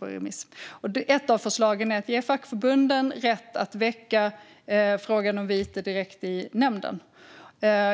på remiss. Ett av förslagen är att ge fackförbunden rätt att väcka frågan om vite direkt i nämnden.